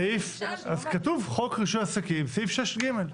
אז כתוב חוק רישוי עסקים, סעיף 6(ג).